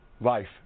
life